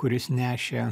kuris nešė